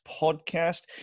podcast